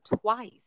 twice